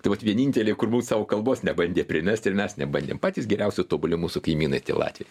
tai vat vienintelė kur būt savo kalbos nebandė primesti ir mes nebandėm patys geriausi tobuli mūsų kaimynai tie latviai